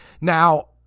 Now